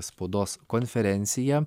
spaudos konferencija